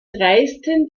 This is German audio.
reisten